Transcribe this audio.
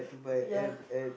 ya